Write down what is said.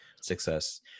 success